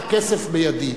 הכסף בידי.